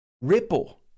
Ripple